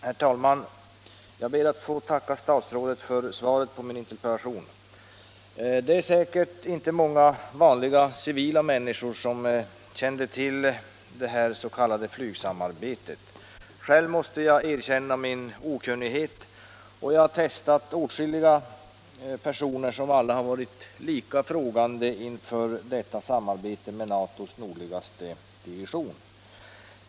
Herr talman! Jag ber att få tacka statsrådet för svaret på min interpellation. Det är säkert inte många vanliga civila människor som känner till detta s.k. flygsamarbete. Själv måste jag erkänna min tidigare okunnighet, och jag har testat åtskilliga personer som alla har varit lika frågande inför detta samarbete med NATO:s nordligaste division.